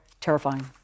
terrifying